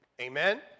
Amen